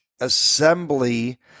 assembly